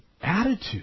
attitude